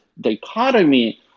dichotomy